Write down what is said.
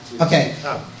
Okay